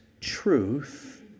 truth